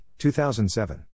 2007